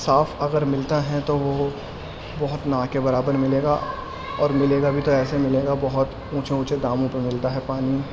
صاف اگر ملتا ہیں تو وہ بہت نا کے برابر ملے گا اور ملے گا بھی تو ایسے ملے گا بہت اونچے اونچے داموں پہ ملتا ہے پانی